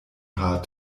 haar